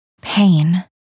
Pain